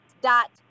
dot